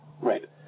Right